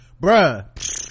bruh